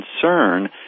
concern